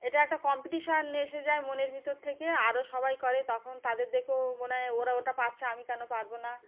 এটা একটা কম্পিটিশান এসে যায় মনের ভিতর থেকে আরও সবাই করে তখন তাদের দেখেও মনে হয় ওরা ওটা পাচ্ছে আমি কেন পারব না